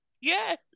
Yes